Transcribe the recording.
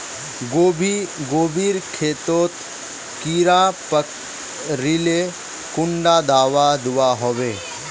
गोभी गोभिर खेतोत कीड़ा पकरिले कुंडा दाबा दुआहोबे?